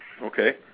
Okay